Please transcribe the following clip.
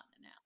now